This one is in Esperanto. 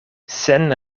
sen